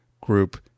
group